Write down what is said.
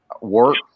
work